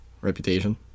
reputation